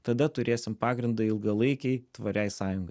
tada turėsim pagrindą ilgalaikei tvariai sąjungai